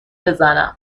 بزنیم